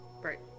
Right